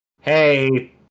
Hey